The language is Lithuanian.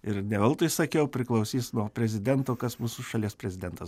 ir ne veltui sakiau priklausys nuo prezidento kas mūsų šalies prezidentas